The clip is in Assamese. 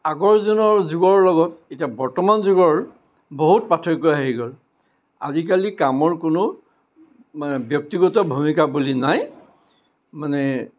আগৰজনৰ যুগৰ লগত এতিয়া বৰ্তমান যুগৰ বহুত পাৰ্থক্য আহি গ'ল আজিকালি কামৰ কোনো মানে ব্য়ক্তিগত ভূমিকা বুলি নাই মানে